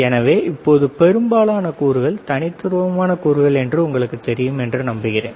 எனவே இப்போது பெரும்பாலான கூறுகள் தனித்துவமான கூறுகள் என்று உங்களுக்குத் தெரியும் என்று நம்புகிறேன்